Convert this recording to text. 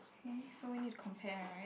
hey so we need to compare [right]